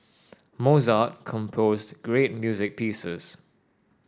Mozart composed great music pieces